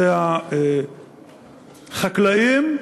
הוא החקלאים,